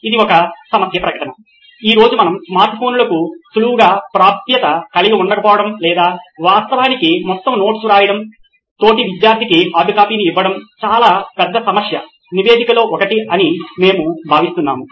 ఇది ఒక సమస్య ప్రకటన ఈ రోజు మనం స్మార్ట్ ఫోన్లకు సులువుగా ప్రాప్యత కలిగి ఉండకపోవటం లేదా వాస్తవానికి మొత్తం నోట్స్ వ్రాయడం తోటి విధ్యార్దికి హార్డ్ కాపీని ఇవ్వడం చాలా పెద్ద సమస్య నివేదికలో ఒకటి అని మేము భావిస్తున్నాము